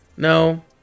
No